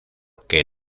que